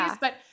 but-